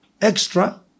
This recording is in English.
extra